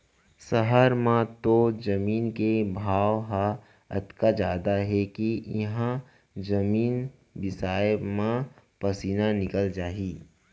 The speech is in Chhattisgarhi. सहर म तो जमीन के भाव ह अतेक जादा हे के इहॉं जमीने बिसाय म पसीना निकल जाही